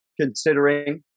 considering